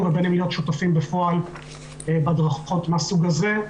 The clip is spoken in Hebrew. ובין אם להיות שותפים בפועל בהדרכות מהסוג הזה.